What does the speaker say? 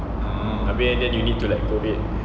abeh then you need to like coat it